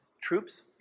troops